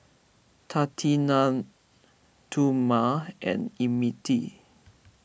Tatianna Thurman and Emmitt